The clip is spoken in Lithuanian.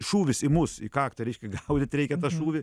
šūvis į mus į kaktą reiškia gaudyt reikia tą šūvį